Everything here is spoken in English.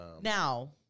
Now